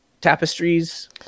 tapestries